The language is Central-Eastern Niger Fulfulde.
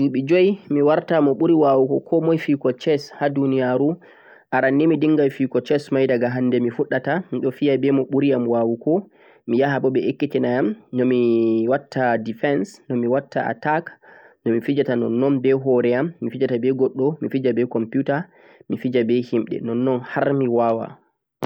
Tomiɗon mari duɓe mi warta mo ɓuri komai wawugo fijirde chess ha duniyaru, aran nii mi dingai fijuko chess mai daga hande mi fuɗɗata miɗon fiya be mo ɓuri'am wawuko miyaha bo ɓe ekkitina'am nomi watta defence, attack nomi fijata nonnon be hore'am, mi fijata be goɗɗo, mi fija be computer sai mi fija be himɓe.